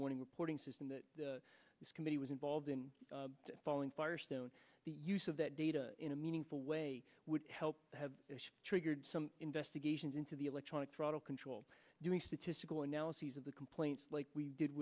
warning reporting system this committee was involved in following firestone the use of that data in a meaningful way would help have triggered some investigations into the electronic throttle control doing statistical analyses of the complaints like we did